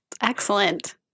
Excellent